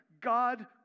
God